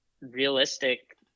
realistic